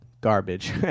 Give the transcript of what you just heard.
garbage